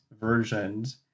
versions